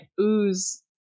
ooze